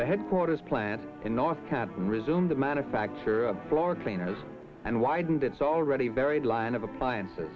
the headquarters plant in north cabin resume the manufacture of floor cleaners and widened its already varied line of appliances